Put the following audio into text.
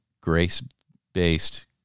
grace-based